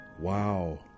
Wow